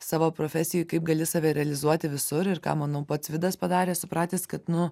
savo profesijų kaip gali save realizuoti visur ir ką manau pats vidas padarė supratęs kad nu